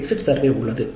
exit survey உள்ளது